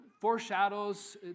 foreshadows